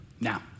Now